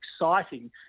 exciting